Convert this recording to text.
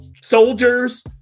soldiers